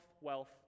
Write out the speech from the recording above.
wealth